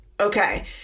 Okay